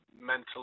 mentally